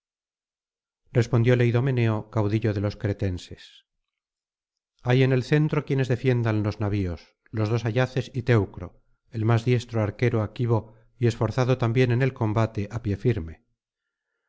respondióle idomeneo caudillo de los cretenses hay en el centro quienes defiendan los navios los dos ayaces y teucro el más diestro arquero aquivo y esforzado también en el combate á pie firme